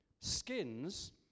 skins